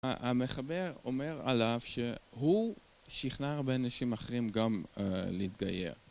המחבר אומר עליו שהוא שכנע הרבה אנשים אחרים גם להתגייר